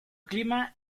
clima